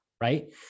right